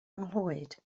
nghlwyd